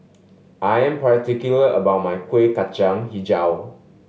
I am particular about my Kuih Kacang Hijau